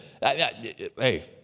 Hey